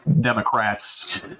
Democrats